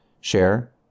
Share